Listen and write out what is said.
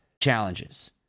challenges